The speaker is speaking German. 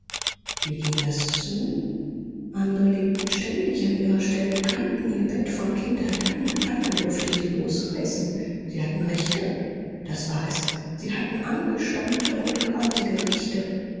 wie ging das zu andre lebten ständig an ihrer stelle kannten ihr bett von kindheit an keiner durfte sie losreißen sie hatten rechte das war es sie hatten angestammte und gewaltige rechte